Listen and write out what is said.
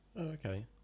Okay